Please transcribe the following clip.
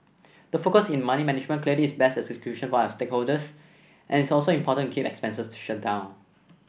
the focus in money management clearly is best execution for our shareholders and it's also important to keep expenses down